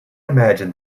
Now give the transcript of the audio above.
imagine